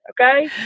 okay